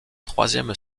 troisième